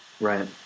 right